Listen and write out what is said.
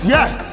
Yes